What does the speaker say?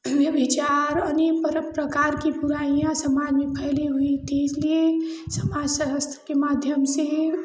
उन्हें विचार और ये सरकार की बुराइयाँ समाज में फैले हुई थी इसलिए आप सभी के माध्यम से